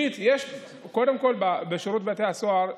קודם כול, בשירות בתי הסוהר,